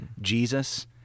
Jesus